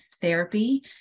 therapy